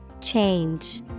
Change